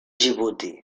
djibouti